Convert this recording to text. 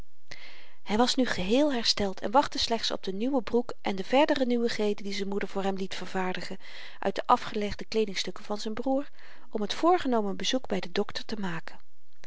hy was nu geheel hersteld en wachtte slechts op de nieuwe broek en de verdere nieuwigheden die z'n moeder voor hem liet vervaardigen uit de afgelegde kleedingstukken van z'n broer om t voorgenomen bezoek by den dokter te maken